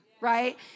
right